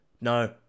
No